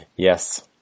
Yes